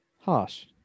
Harsh